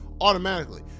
Automatically